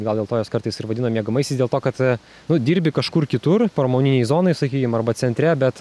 gal dėl to juos kartais ir vadina miegamaisiais dėl to kad tu dirbi kažkur kitur pramoninėj zonoj sakykim arba centre bet